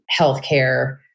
healthcare